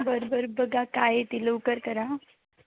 बरं बरं बघा काय आहे ते लवकर करा